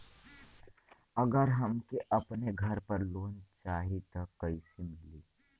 अगर हमके अपने घर पर लोंन चाहीत कईसे मिली?